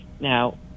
Now